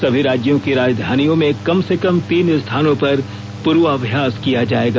सभी राज्यों की राजधानियों में कम से कम तीन स्थानों पर पूर्वाभ्यास किया जाएगा